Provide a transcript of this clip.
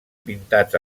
pintats